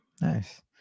Nice